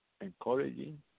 encouraging